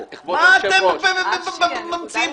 באתם,